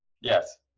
Yes